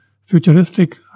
futuristic